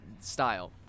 style